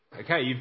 Okay